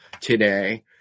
today